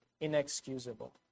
inexcusable